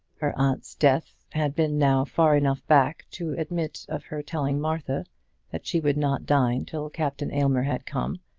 her aunt's death had been now far enough back to admit of her telling martha that she would not dine till captain aylmer had come,